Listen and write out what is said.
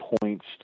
points